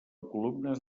columnes